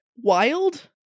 wild